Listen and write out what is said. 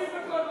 יורים בכל מקום.